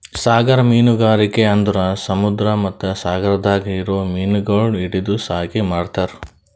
ಸಾಗರ ಮೀನುಗಾರಿಕೆ ಅಂದುರ್ ಸಮುದ್ರ ಮತ್ತ ಸಾಗರದಾಗ್ ಇರೊ ಮೀನಗೊಳ್ ಹಿಡಿದು ಸಾಕಿ ಮಾರ್ತಾರ್